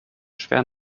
schwer